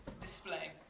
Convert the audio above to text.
display